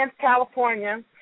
California